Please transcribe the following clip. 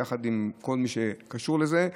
יחד עם כל מה שקשור לזה,